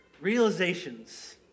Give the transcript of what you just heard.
realizations